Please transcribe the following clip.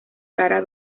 rara